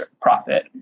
profit